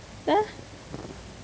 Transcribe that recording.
!huh!